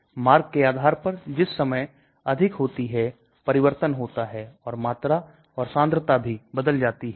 तो यह एक विशेष कंपाउंड है यह एक prodrug है इसलिए यह टूट गया है sulfapyridine आपके पास सल्फर समूह है sulfur dioxide pyridine है